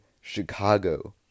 Chicago